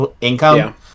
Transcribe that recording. income